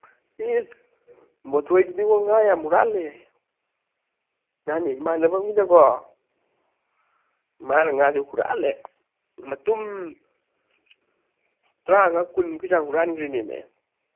ꯏꯁ ꯕꯣꯊꯣꯏꯗꯨꯗꯤꯉꯣ ꯉꯥ ꯌꯥꯝ ꯍꯨꯔꯥꯜꯂꯦ ꯅꯍꯥꯟ ꯏꯃꯥꯟꯅꯕ ꯑꯃꯒꯤꯗꯀꯣ ꯃꯥꯅ ꯉꯥꯁꯤ ꯍꯨꯔꯥꯜꯂꯦ ꯃꯇꯨꯝ ꯇꯔꯥꯃꯉꯥ ꯀꯨꯟꯃꯨꯛꯀꯤ ꯆꯥꯡ ꯍꯨꯔꯥꯟꯒ꯭ꯔꯤꯅꯦꯃꯤ